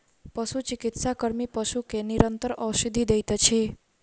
पशुचिकित्सा कर्मी पशु के निरंतर औषधि दैत अछि